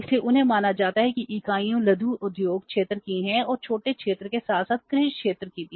इसलिए उन्हें माना जाता है कि इकाइयाँ लघु उद्योग क्षेत्र की हैं और छोटे क्षेत्र के साथ साथ कृषि क्षेत्र की भी